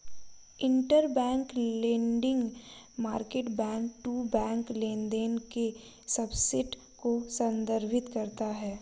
interbank lending market back to back लेनदेन के subset को संदर्भित करता है